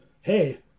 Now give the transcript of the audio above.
hey